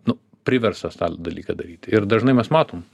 nu priverstas tą dalyką daryti ir dažnai mes matom